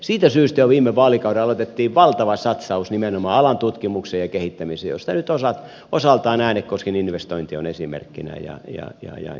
siitä syystä jo viime vaalikaudella aloitettiin valtava satsaus nimenomaan alan tutkimukseen ja kehittämiseen mistä nyt osaltaan äänekosken investointi on esimerkkinä ja niin poispäin